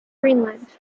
greenland